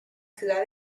ciudad